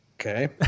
Okay